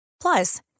Plus